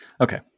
Okay